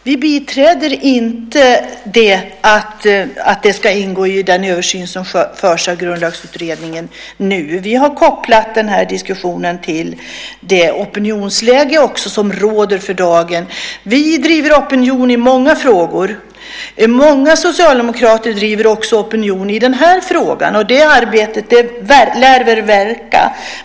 Herr talman! Vi biträder inte uppfattningen att detta ska ingå i den översyn som nu görs av Grundlagsutredningen. Vi har kopplat diskussionen till det opinionsläge som råder för dagen. Vi bedriver opinionsbildning i många frågor. Många socialdemokrater gör det också i den här frågan. Det arbetet lär väl verka.